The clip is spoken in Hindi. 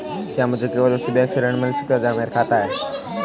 क्या मुझे केवल उसी बैंक से ऋण मिल सकता है जहां मेरा खाता है?